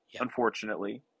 unfortunately